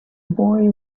boy